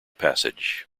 passage